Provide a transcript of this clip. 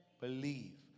believe